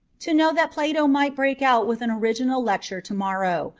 to know that plato might break out with an original lecture to-morrow,